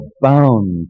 bound